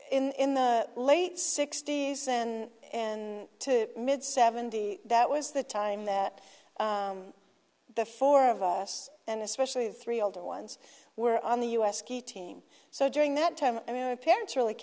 then in the late sixty's and in the mid seventy's that was the time that the four of us and especially the three older ones were on the u s ski team so during that time i mean the parents really